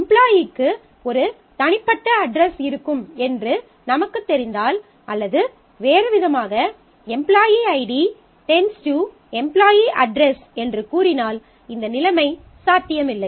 எம்ப்லாயீக்கு ஒரு தனிப்பட்ட அட்ரஸ் இருக்கும் என்று நமக்குத் தெரிந்தால் அல்லது வேறுவிதமாக எம்ப்லாயீ ஐடி எம்ப்லாயீ அட்ரஸ் என்று கூறினால் இந்த நிலைமை சாத்தியமில்லை